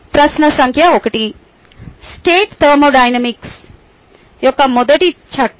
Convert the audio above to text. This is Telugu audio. ప్రశ్న సంఖ్య 1 స్టేట్ థర్మోడైనమిక్స్ యొక్క మొదటి చట్టం